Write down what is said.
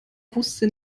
wusste